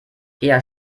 eher